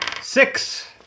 Six